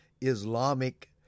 Islamic